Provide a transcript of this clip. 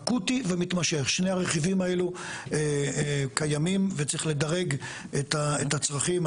אקוטי ומתמשך שני הרכיבים האלו קיימים וצריך לדרג את הצרכים.